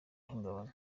ihungabana